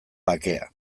bakea